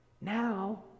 Now